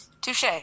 Touche